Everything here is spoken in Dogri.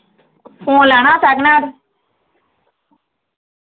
फोन लैना हा सैकिंड हैंड